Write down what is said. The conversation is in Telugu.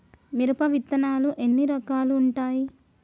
మిరప విత్తనాలు ఎన్ని రకాలు ఉంటాయి?